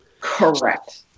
Correct